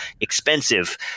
expensive